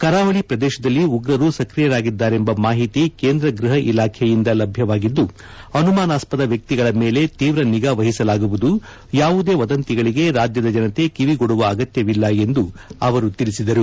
ಕರಾವಳಿ ಪ್ರದೇಶದಲ್ಲಿ ಉಗ್ರರು ಸಕ್ರಿಯರಾಗಿದ್ದರೆಂಬ ಮಾಹಿತಿ ಕೇಂದ್ರ ಗ್ಬಹ ಇಲಾಖೆಯಿಂದ ಲಭ್ಯವಾಗಿದ್ದು ಅನುಮಾನಾಸ್ಪದ ವ್ಯಕ್ತಿಗಳ ಮೇಲೆ ತೀವ್ರ ನಿಗಾವಹಿಸಲಾಗುವುದು ಯಾವುದೇ ವದಂತಿಗಳಿಗೆ ರಾಜ್ಯದ ಜನತೆ ಕಿವಿಗೊಡುವ ಅಗತ್ಯವಿಲ್ಲ ಎಂದು ಅವರು ತಿಳಿಸಿದರು